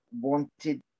wanted